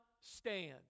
stand